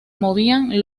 movían